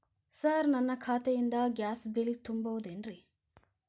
Sir ನನ್ನ ಖಾತೆಯಿಂದ gas bill ತುಂಬಹುದೇನ್ರಿ?